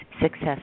success